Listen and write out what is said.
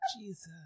Jesus